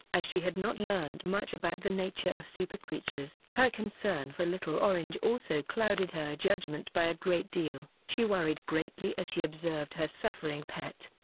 as she had not learnt much about the nature of super creatures. her concern for little orange also clouded her judgement by a great deal. she worried greatly as she observed her suffering pet.